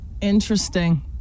Interesting